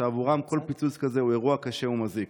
שעבורם כל פיצוץ כזה הוא אירוע קשה ומזיק.